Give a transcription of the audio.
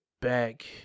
back